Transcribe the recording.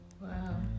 wow